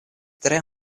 tre